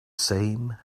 same